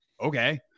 okay